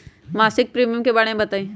मासिक प्रीमियम के बारे मे बताई?